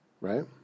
right